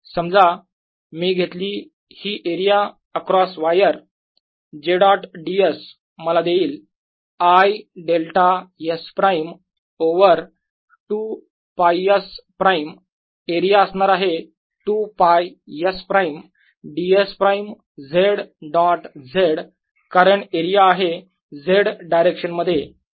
समजा मी घेतली ही area across wire j dot ds मला देईल I delta s prime over 2 π S prime area असणार आहे 2 π S prime ds prime Z dot z कारण एरिया आहे Z डायरेक्शन मध्ये इंटिग्रल